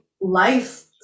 life